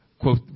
quote